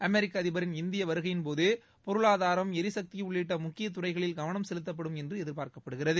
அமெிக்க அதிபரின் இந்திய வருகையின் போது பொருளாதாரம் ளரிசக்தி உள்ளிட்ட முக்கிய துறைகளில் கவனம் செலுத்தப்படும் என்று எதிர்பார்க்கப்படுகிறது